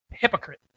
hypocrite